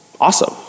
Awesome